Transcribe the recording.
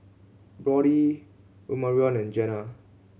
Brodie Omarion and Jena